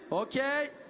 okay,